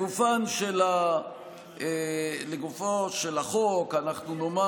אתם הצבעתם נגד